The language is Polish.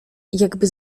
jakby